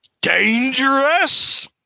dangerous